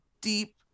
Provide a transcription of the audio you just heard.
deep